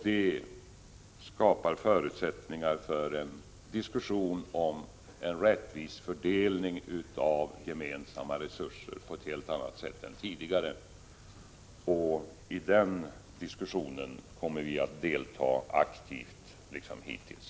Det skapar förutsättningar för en diskussion om en rättvis fördelning av gemensamma resurser på ett helt annat sätt än tidigare. I den diskussionen kommer vi att delta aktivt liksom hittills.